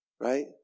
right